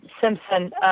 simpson